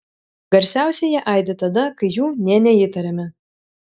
garsiausiai jie aidi tada kai jų nė neįtariame